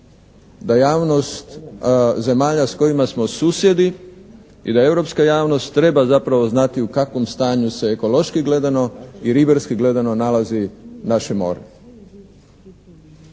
da javnost zemalja s kojima smo susjedi i da europska javnost treba zapravo znati u kakvom stanju se ekološki gledano i ribarski gledano nalazi naše more.